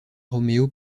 romeo